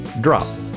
drop